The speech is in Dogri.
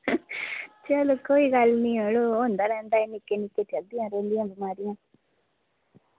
चलो कोई गल्ल निं मड़ो होंदा रौहंदा एह् निक्की निक्कियां चलदियां रौहंदियां बमारियां